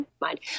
mind